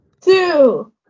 two